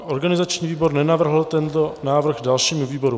Organizační výbor nenavrhl tento návrh dalšímu výboru.